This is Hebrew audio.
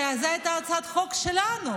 שזו הייתה הצעת חוק שלנו